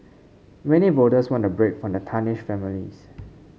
many voters want a break from the tarnished families